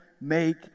make